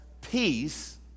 Peace